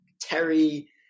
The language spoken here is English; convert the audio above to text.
Terry